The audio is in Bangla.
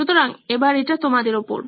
সুতরাং এবার এটা তোমাদের ওপর